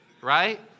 right